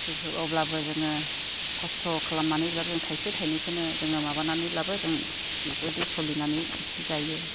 अब्लाबो जोङो खस्त' खालामनानैब्लाबो थाइसे थाइनैखौनो जोङो माबानानैब्लाबो जोङो बेबायदि सोलिनानै जायो